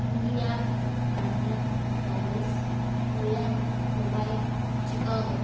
India London Paris New York Dubai Chicago